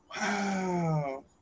Wow